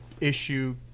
issue